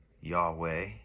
Yahweh